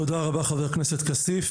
תודה רבה, חבר הכנסת כסיף.